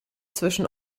zwischen